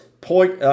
Point